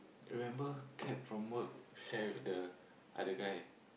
remember cab from work share with the other guy